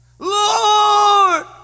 Lord